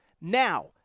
Now